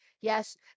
Yes